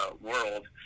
world